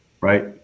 Right